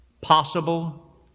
possible